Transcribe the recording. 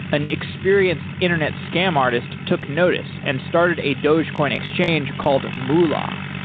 an experienced internet scam artist took notice and started a dogecoin exchange called moolah.